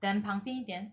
then 旁边一点